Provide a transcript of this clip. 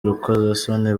urukozasoni